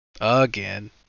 Again